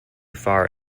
far